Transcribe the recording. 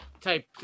type